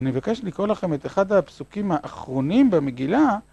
אני מבקש לקרוא לכם את אחד הפסוקים האחרונים במגילה.